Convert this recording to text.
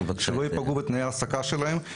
שלא ייפגעו תנאי ההעסקה שלהם,